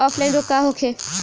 Offline रोग का होखे?